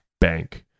bank